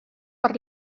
per